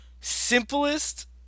simplest